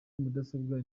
mudasobwa